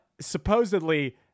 supposedly